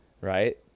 Right